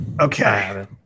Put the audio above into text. Okay